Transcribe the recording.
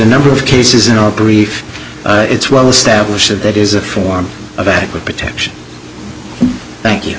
number of cases in our brief it's well established that that is a form of adequate protection thank you